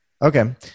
Okay